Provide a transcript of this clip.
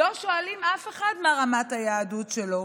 לא שואלים אף אחד מה רמת היהדות שלו,